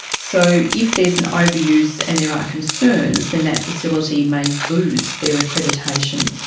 so if there is an overuse and there are concerns, then that facility may lose their accreditation.